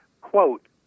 quote